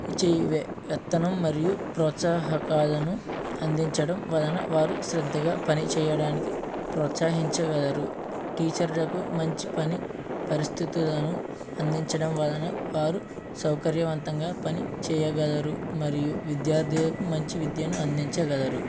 చేయి వేతనం మరియు ప్రొత్సాహకాలను అందించడం వలన వారు శ్రద్దగా పనిచేయడానికి ప్రోత్సాహించగలరు టీచర్లకు మంచి పని పరిస్థితులను అందించడం వలన వారు సౌకర్యవంతంగా పని చెయ్యగలరు మరియు విద్యార్థులకు మంచి విద్యను అందించగలరు